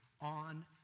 on